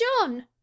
John